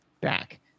back